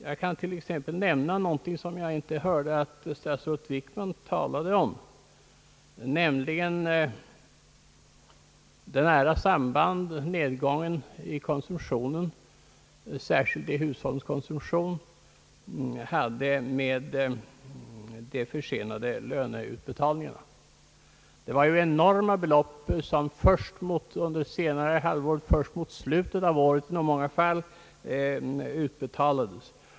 Jag kan t.ex. nämna något som jag inte hörde att statsrådet Wickman tog upp, nämligen det nära samband som nedgången i konsumtionen, särskilt i hushållskonsumtionen, hade med de försenade löneutbetalningarna. Det var ju enorma belopp som under senare halvåret och i många fall först mot slutet av året utbetalades.